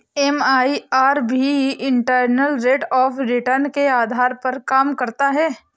MIRR भी internal rate of return के आधार पर काम करता है